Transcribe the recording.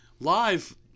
Live